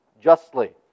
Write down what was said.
justly